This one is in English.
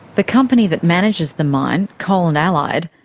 the company that manages the mine, coal and allied,